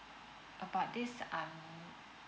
about this un